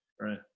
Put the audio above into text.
Right